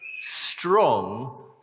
strong